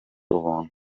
ubuntu